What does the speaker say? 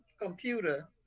computer